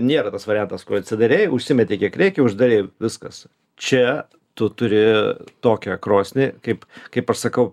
nėra tas variantas kur atsidarei užsimetei kiek reikia uždarei viskas čia tu turi tokią krosnį kaip kaip aš sakau